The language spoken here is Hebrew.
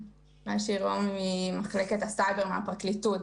ממחלקת הסייבר בפרקליטות.